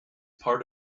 part